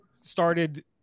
started